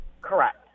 Correct